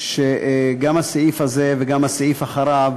שגם הסעיף הזה וגם הסעיף אחריו